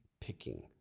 picking